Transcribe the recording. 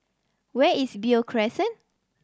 where is Beo Crescent